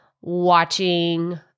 watching